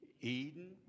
Eden